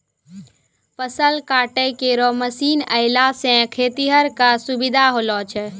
फसल काटै केरो मसीन आएला सें खेतिहर क सुबिधा होलो छै